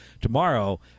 tomorrow